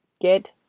Get